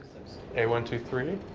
a one two three